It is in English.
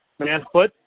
Manfoot